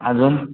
आजून